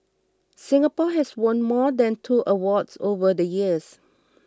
Singapore has won more than two awards over the years